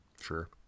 Sure